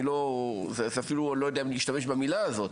אני אפילו לא יודע אם להשתמש במילה הזאת,